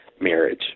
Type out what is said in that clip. marriage